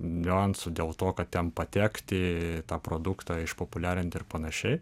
niuansų dėl to kad ten patekti tą produktą išpopuliarinti ir panašiai